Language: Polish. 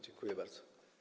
Dziękuję bardzo.